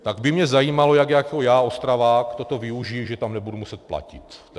Tak by mě zajímalo, jak já jako Ostravák toto využiji, že tam nebudu muset platit.